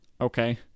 Okay